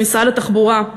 במשרד התחבורה.